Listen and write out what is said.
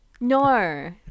No